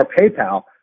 PayPal